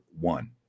one